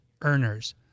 earners